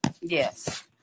Yes